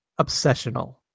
obsessional